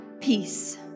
peace